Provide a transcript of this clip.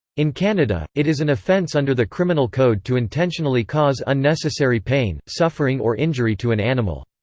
in canada, it is an offence under the criminal code to intentionally cause unnecessary pain, suffering or injury to an animal.